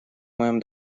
моем